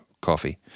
coffee